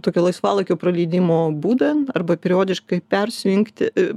tokia laisvalaikio praleidimo būdą arba periodiškai persijungti